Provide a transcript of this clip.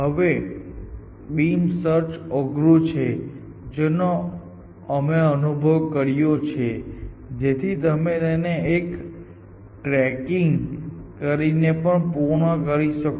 હવે beam search અધૂરું છે જેનો અમે અનુભવ કર્યો છે જેથી તમે તેને બેક ટ્રેકિંગ કરીને પૂર્ણ કરી શકો